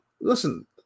listen